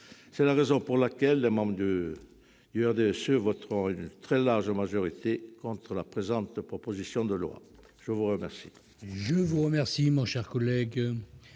C'est la raison pour laquelle les membres du groupe du RDSE voteront à une très large majorité contre la présente proposition de loi. La parole